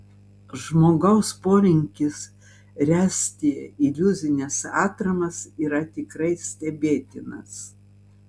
žmogaus polinkis ręsti iliuzines atramas yra tikrai stebėtinas